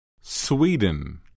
Sweden